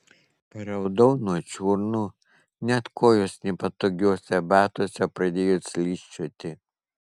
paraudau nuo čiurnų net kojos nepatogiuose batuose pradėjo slysčioti